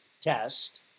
test